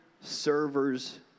servers